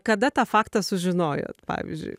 kada tą faktą sužinojot pavyzdžiui